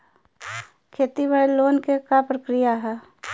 खेती बदे लोन के का प्रक्रिया ह?